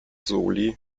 soli